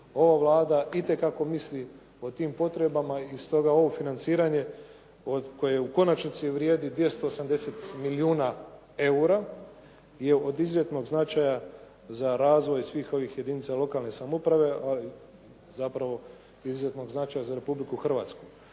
ova Vlada itekako misli o tim potrebama i stoga ovo financiranje koje u konačnici vrijedi 280 milijuna eura je od izuzetnog značaja za razvoj svih ovih jedinica lokalne samouprave, a zapravo izuzetnog značaja za Republiku Hrvatsku.